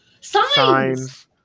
Signs